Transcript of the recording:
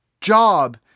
job